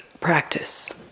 practice